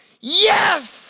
Yes